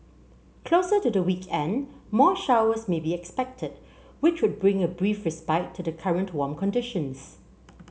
closer to the weekend more showers may be expected which would bring a brief respite to the current warm conditions